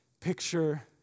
picture